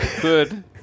Good